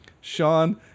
Sean